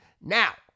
Now